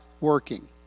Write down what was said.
working